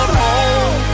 home